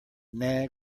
nag